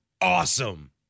awesome